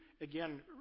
again